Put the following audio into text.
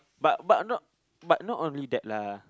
but but not but not only that lah